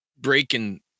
breaking